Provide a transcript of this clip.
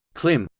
clim.